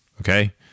Okay